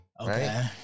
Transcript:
Okay